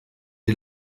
die